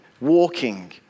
walking